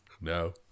no